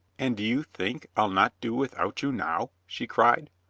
and do you think i'll not do without you now? she cried.